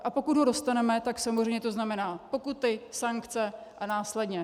A pokud ho dostaneme, tak samozřejmě to znamená pokuty, sankce a následně.